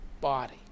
body